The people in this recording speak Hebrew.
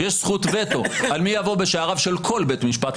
יש זכות וטו על מי יבוא בשעריו של כל בית משפט,